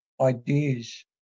ideas